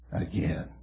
Again